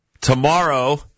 Tomorrow